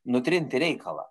nutrinti reikalą